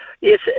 yes